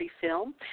film